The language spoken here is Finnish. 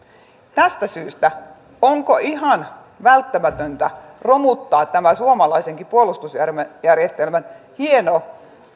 tästä syystä onko ihan välttämätöntä romuttaa tämä suomalaisenkin puolustusjärjestelmän hieno